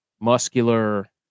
muscular